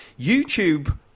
YouTube